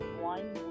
one